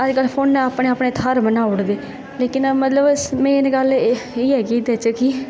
ते अज्जकल फोनै अपने अपने थाहर बनाई ओड़दे लेकिन मतलब मेन गल्ल एह् ऐ की बिच की